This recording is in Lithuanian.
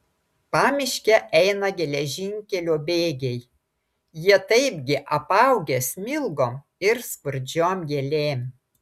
pamiške eina geležinkelio bėgiai jie taipgi apaugę smilgom ir skurdžiom gėlėm